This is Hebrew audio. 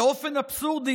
באופן אבסורדי,